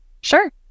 Sure